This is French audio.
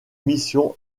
mission